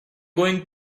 going